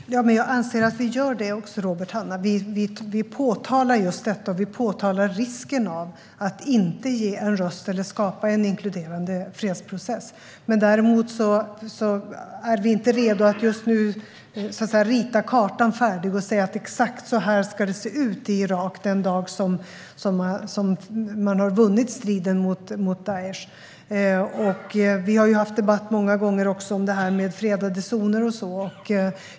Herr talman! Jag anser att vi gör det, Robert Hannah. Vi påtalar just risken med att inte ge en röst eller skapa en inkluderande fredsprocess. Just nu är vi dock inte redo att rita kartan färdig och säga exakt hur det ska se ut den dag man har vunnit striden mot Daish. Vi har många gånger debatterat fredade zoner.